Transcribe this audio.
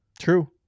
True